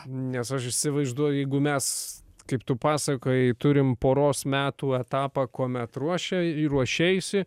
nes aš įsivaizduoju jeigu mes kaip tu pasakojai turim poros metų etapą kuomet ruošia ruošeisi